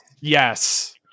yes